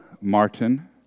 Martin